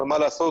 אבל מה לעשות,